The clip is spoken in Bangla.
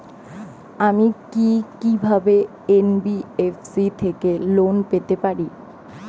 আমি কি কিভাবে এন.বি.এফ.সি থেকে লোন পেতে পারি?